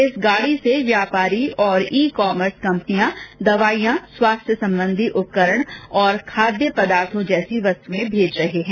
इस गाडी से व्यापारी और ई कॉमर्स कंपनियां दवाइयां स्वास्थ्य संबंधित उपकरण और खाद्य पदार्थों जैसी वस्तुएं भेजी जा रही हैं